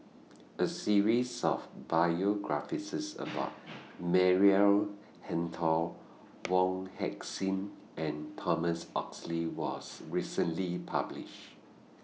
A series of biographies about Maria Hertogh Wong Heck Sing and Thomas Oxley was recently published